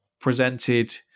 presented